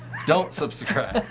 don't subscribe.